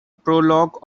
prologue